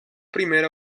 primera